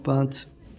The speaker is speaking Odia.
ପାଞ୍ଚ